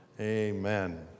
Amen